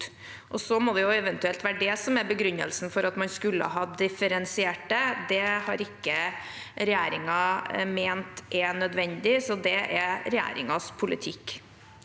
én bot. Det må eventuelt være det som er begrunnelsen for at man skulle ha differensiert det. Det har ikke regjeringen ment er nødvendig, så det er regjeringens politikk.